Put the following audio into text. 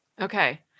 Okay